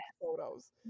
photos